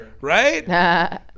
right